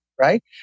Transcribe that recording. Right